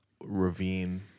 ravine